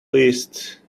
least